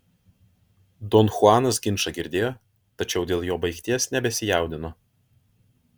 don chuanas ginčą girdėjo tačiau dėl jo baigties nebesijaudino